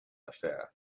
affair